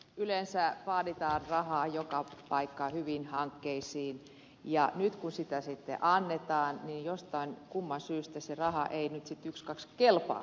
yleensä vaaditaan rahaa joka paikkaan hyviin hankkeisiin ja nyt kun sitä annetaan niin jostain kumman syystä se raha ei ykskaks meinaa kelvatakaan